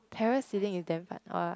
parasailing is damn fun